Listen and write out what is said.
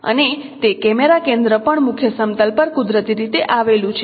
અને તે કેમેરા કેન્દ્ર પણ મુખ્ય સમતલ પર કુદરતી રીતે આવેલું છે